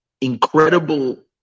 incredible